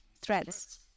threads